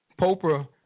Popra